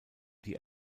die